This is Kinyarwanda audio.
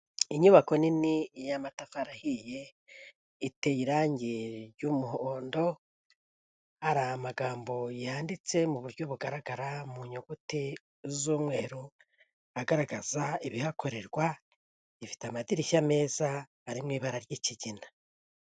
Inyubako nini y'amatafari ahiye iteye irangi ry'umuhondo ari amagambo yanditse mu buryo bugaragara mu nyuguti z'umweru agaragaza ibihakorerwa ifite amadirishya meza ari mw' ibara ry'ikigina.